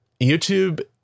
YouTube